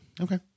okay